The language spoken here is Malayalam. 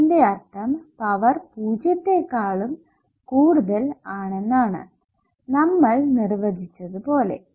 അതിന്റെ അർത്ഥം പവർ പൂജ്യത്തെക്കാളും കൂടുതൽ ആണെന്നാണ് നമ്മൾ നിർവചിച്ചതു പോലെ